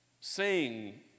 sing